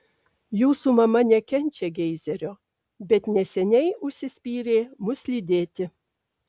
jūsų mama nekenčia geizerio bet neseniai užsispyrė mus lydėti